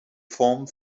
form